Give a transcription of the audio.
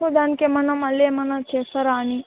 so దానికి ఏమన్న మళ్ళీ ఏమన్న చేస్తారా అని